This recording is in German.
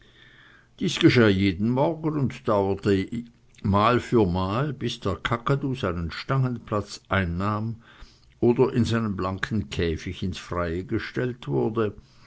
dies geschah jeden morgen und dauerte mal für mal bis der kakadu seinen stangenplatz einnahm oder in seinem blanken käfig ins freie gestellt wurde